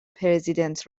پرزیدنت